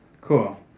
Cool